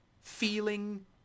feeling